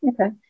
Okay